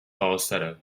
falsetto